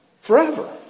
forever